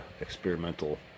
experimental